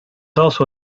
also